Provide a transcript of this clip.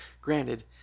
Granted